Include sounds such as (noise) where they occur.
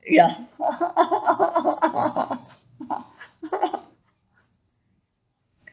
ya (laughs)